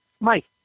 Mike